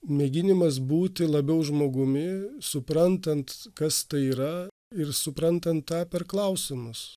mėginimas būti labiau žmogumi suprantant kas tai yra ir suprantant tą per klausimus